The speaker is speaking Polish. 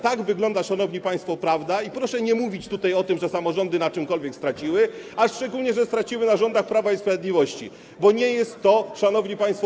Tak wygląda, szanowni państwo, prawda i proszę nie mówić, że samorządy na czymkolwiek straciły, a szczególnie, że straciły na rządach Prawa i Sprawiedliwości, bo nie jest to prawda, szanowni państwo.